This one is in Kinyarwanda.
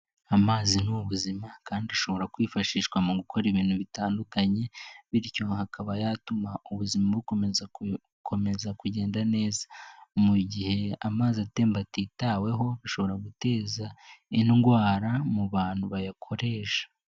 Amazi ni ubuzima kandi ashobora kwifashishwa mu gukora ibintu bitandukanye, bityo akaba yatuma ubuzima bukomeza bukomeza kugenda neza. Mu gihe amazi atemba atitaweho bishobora guteza indwara mu bantu bayakoresha.